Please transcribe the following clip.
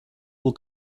will